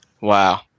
wow